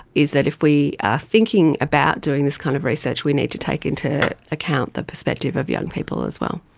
is that if we are thinking about doing this kind of research we need to take into account the perspective of young people as well.